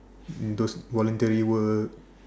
those voluntary work